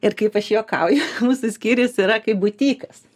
ir kaip aš juokauju mūsų skyrius yra kaip butikas